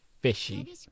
fishy